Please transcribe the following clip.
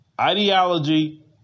ideology